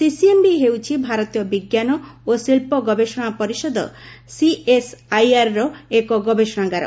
CCMB ହେଉଛି ଭାରତୀୟ ବିଜ୍ଞାନ ଓ ଶିଳ୍ପ ଗବେଷଣା ପରିଷଦ ସିଏସ୍ଆଇଆର୍ ର ଏକ ଗବେଷଣାଗାର